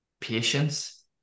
patience